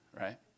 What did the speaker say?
right